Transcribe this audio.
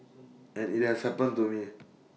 and IT has happened to me